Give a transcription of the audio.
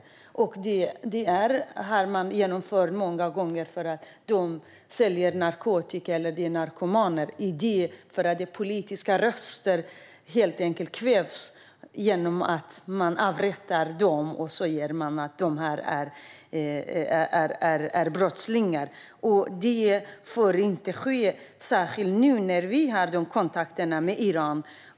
Många gånger genomför man detta med motiveringen att de skulle sälja narkotika eller vara narkomaner. Det görs dock för att kväva politiska röster genom att man avrättar dem och säger att de är brottslingar. Det får inte ske, särskilt inte nu när vi har kontakter med Iran.